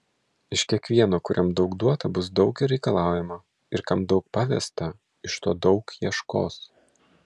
iš kiekvieno kuriam daug duota bus daug ir reikalaujama ir kam daug pavesta iš to daug ieškos